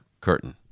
curtain